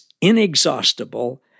inexhaustible